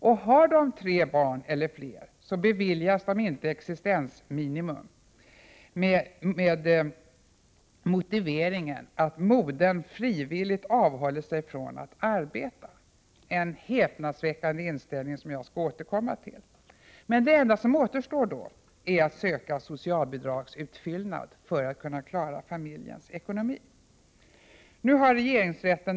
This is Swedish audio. Och har de tre barn eller fler beviljas de inte ens då sådan nedsättning ”om modern frivilligt avhåller sig från att arbeta”, en häpnadsväckande inställning som jag skall återkomma till. Det enda som återstår är då att söka socialbidragsutfyllnad för att kunna klara familjen ekonomiskt.